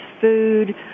food